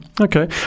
Okay